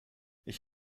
ich